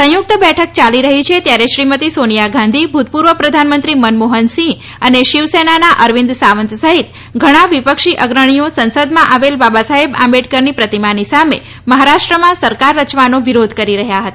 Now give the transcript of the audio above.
સંયુક્ત બેઠક યાલી રહી છે ત્યારે શ્રી મતી સોનિયા ગાંધી ભૂતપૂર્વ પ્રધાનમંત્રી મનમોહનસિંહ અને શિવસેનાના અરવિંદ સાંવત સહિત ઘણા વિપક્ષી અગ્રણીઓ સંસદમાં આવેલ બાબાસાહેબ આંબેડકરની પ્રતિમાની સામે મહારાષ્ટ્રમાં સરકાર રચવાનો વિરોધ કરી રહ્યા હતા